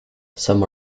some